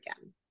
again